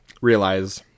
realize